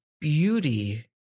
beauty